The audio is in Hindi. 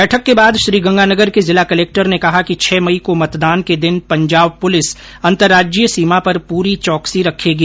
बैठक के बाद श्रीगंगानगर के जिला कलेक्टर ने कहा कि छह मई को मतदान के दिन पंजाब पुलिस अंतर्राज्यीय सीमा पर पूरी चौकसी रखेगी